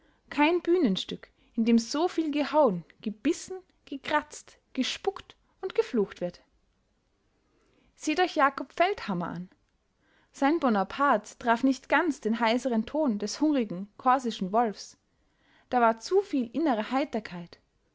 kein bühnenstück in dem so viel gehauen gebissen gekratzt gespuckt und geflucht wird seht euch jakob feldhammer an sein bonaparte traf nicht ganz den heiseren ton des hungrigen korsischen wolfs da war zuviel innere heiterkeit